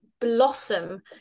blossom